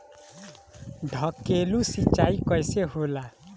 ढकेलु सिंचाई कैसे होला?